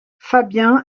fabien